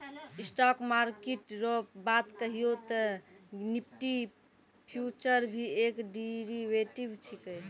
stock market रो बात कहियो ते निफ्टी फ्यूचर भी एक डेरीवेटिव छिकै